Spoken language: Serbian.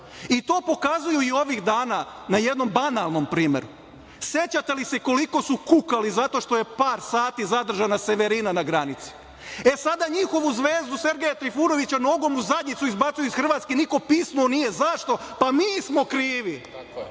i to pokazuju i ovih dana na jednom banalnom primeru.Sećate li se koliko su kukali zato što je par sati zadržana Severina na granici? Sada njihovu zvezdu Sergeja Trifunovića nogom u zadnjicu izbacuju iz Hrvatske, niko pisnuo nije. Zašto? Pa, mi smo krivi.